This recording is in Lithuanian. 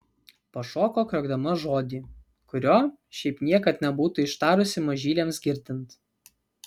pašoko kriokdama žodį kurio šiaip niekad nebūtų ištarusi mažyliams girdint